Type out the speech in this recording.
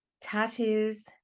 tattoos